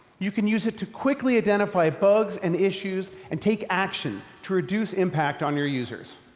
you can use it to quickly identify bugs and issues, and take action to reduce impact on your users.